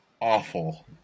awful